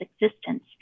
existence